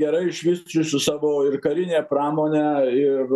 gerai išvysčiusi savo ir karinę pramonę ir